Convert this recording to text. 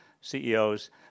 CEOs